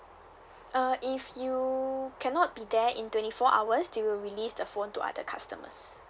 uh if you cannot be there in twenty four hours we will release the phone to other customers